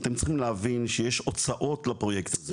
אתם צריכים להבין שיש הוצאות לפרויקט הזה.